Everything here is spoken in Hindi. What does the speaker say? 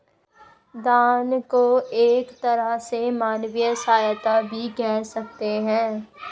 दान को एक तरह से मानवीय सहायता भी कह सकते हैं